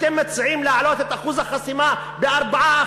אתם מציעים להעלות את אחוז החסימה ל-4%.